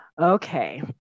Okay